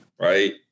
right